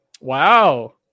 Wow